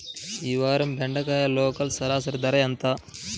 ఈ వారం బెండకాయ లోకల్ సరాసరి ధర ఎంత?